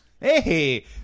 Hey